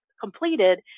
completed